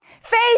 Faith